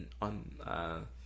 On